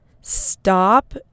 stop